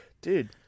dude